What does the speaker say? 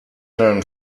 known